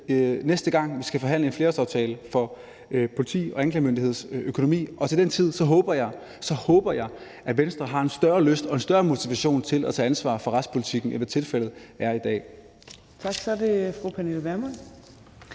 næste gang vi skal forhandle en flerårsaftale for politi- og anklagemyndighedens økonomi. Til den tid håber jeg at Venstre har en større lyst og motivation til at tage ansvar for retspolitikken, end tilfældet er i dag.